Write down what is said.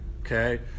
okay